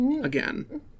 again